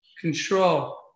control